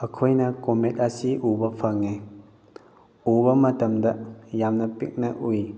ꯑꯩꯈꯣꯏꯅ ꯀꯣꯃꯦꯠ ꯑꯁꯤ ꯎꯕ ꯐꯪꯉꯦ ꯎꯕ ꯃꯇꯝꯗ ꯌꯥꯝꯅ ꯄꯤꯛꯅ ꯎꯏ